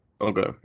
Okay